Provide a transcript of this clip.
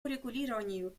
урегулированию